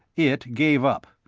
it gave up.